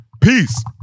Peace